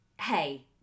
Hey